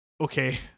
okay